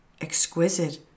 exquisite